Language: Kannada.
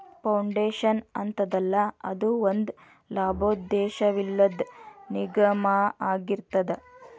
ಫೌಂಡೇಶನ್ ಅಂತದಲ್ಲಾ, ಅದು ಒಂದ ಲಾಭೋದ್ದೇಶವಿಲ್ಲದ್ ನಿಗಮಾಅಗಿರ್ತದ